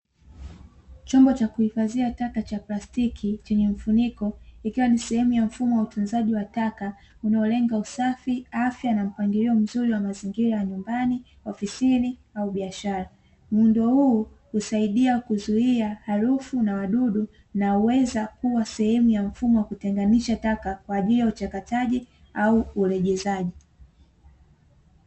Chombo cha kuhifadhia taka cha plastiki chenye mfuniko, ikiwa ni sehemu ya mfumo wa utunzaji wa taka, unaolenga usafi, afya, na mpangilio mzuri wa mazingira ya nyumbani, ofisini, au biashara. Muundo huu husaidia kuzuia harufu na wadudu, na huweza kuwa sehemu ya mfumo wa kutenganisha taka, kwa ajili ya uchakataji au urejezaji.